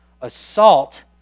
assault